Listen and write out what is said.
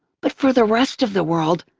but for the rest of the world,